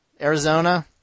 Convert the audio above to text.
Arizona